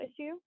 issue